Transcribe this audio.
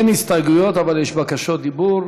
אין הסתייגויות, אבל יש בקשות דיבור.